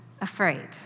afraid